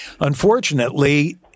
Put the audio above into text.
unfortunately